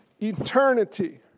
Eternity